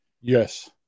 Yes